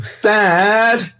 Dad